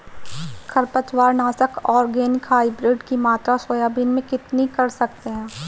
खरपतवार नाशक organic hybrid की मात्रा सोयाबीन में कितनी कर सकते हैं?